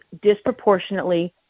disproportionately